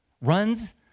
runs